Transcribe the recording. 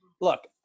look